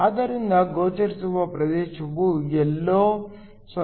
ಆದ್ದರಿಂದ ಗೋಚರಿಸುವ ಪ್ರದೇಶವು ಎಲ್ಲೋ 0